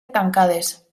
tancades